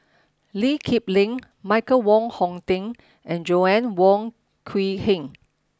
Lee Kip Lin Michael Wong Hong Teng and Joanna Wong Quee Heng